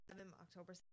october